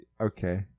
okay